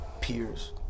peers